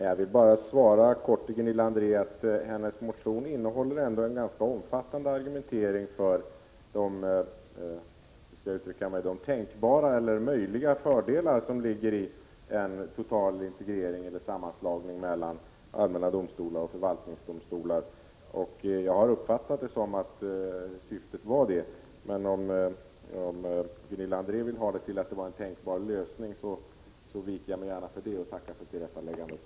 Herr talman! Jag vill bara svara Gunilla André att hennes motion ändå innehåller en ganska omfattande argumentering för de möjliga fördelar som ligger i en total sammanslagning av allmänna domstolar och förvaltningsdomstolar. Jag har uppfattat motionen så att den också syftade till en sådan sammanslagning, men om Gunilla André vill ha det till att det är en av flera tänkbara lösningar, så viker jag mig gärna för det och tackar för tillrättaläggandet.